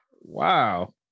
Wow